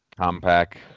compact